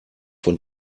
von